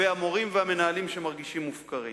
והמורים והמנהלים שמרגישים מופקרים.